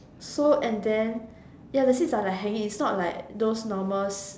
so and then ya the seats are like hanging it's not like those normals